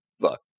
Look